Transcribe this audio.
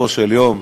בסופו של יום,